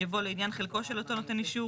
יבוא "לעניין חלקו של אותו נותן אישור".